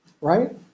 Right